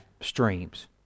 streams